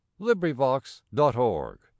LibriVox.org